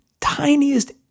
tiniest